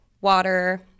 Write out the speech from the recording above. water